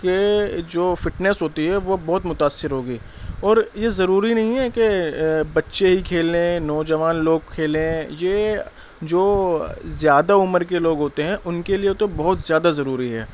کے جو فٹنیس ہوتی ہے وہ بہت متاثر ہوگی اور یہ ضروری نہیں ہے کہ بچے ہی کھیلیں نوجوان لوگ کھیلیں یہ جو زیادہ عمر کے لوگ ہوتے ہیں ان کے لیے تو بہت زیادہ ضروری ہے